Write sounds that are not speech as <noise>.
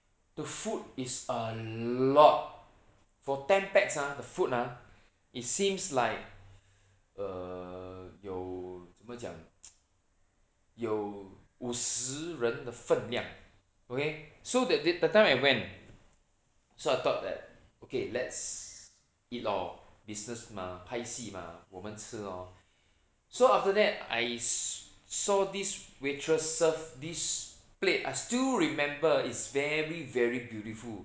the food is a lot for ten pax ah the food ha it seems like <breath> err 有怎么讲 <noise> 有五十人的分量 okay so that tha~ that time I went so I thought that okay let's eat lor business mah 拍戏吗我们吃 lor so after that I s~ saw this waitress serve this plate I still remember it's very very beautiful